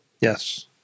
Yes